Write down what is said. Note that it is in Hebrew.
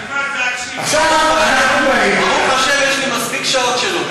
תלמד להקשיב, הוא חושב, יש לי מספיק שעות שלו.